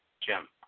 Jim